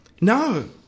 No